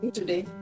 today